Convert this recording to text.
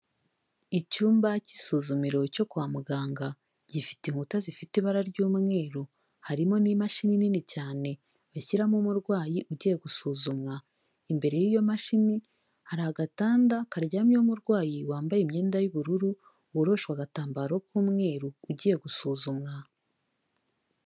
Icyumba k'isuzumiro cyo kwa muganga gifite inkuta zifite ibara ry'umweru harimo n'imashini nini cyane bashyiramo umurwayi ugiye gusuzumwa, imbere y'iyo mashini hari agatanda karyamyeho umurwayi wambaye imyenda y'ubururu, woroshwe agatambaro k'umweru ugiye gusuzumwa.